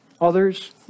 Others